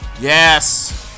yes